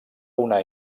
una